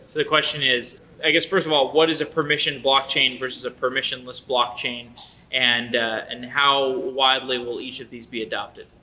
the question is i guess, first of all, what is a permission blockchain versus a permissionless blockchain and and how widely will each of these be adapted?